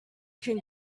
can